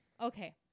Okay